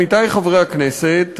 עמיתי חברי הכנסת,